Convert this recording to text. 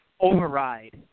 override